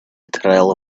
trail